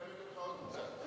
עוד קצת.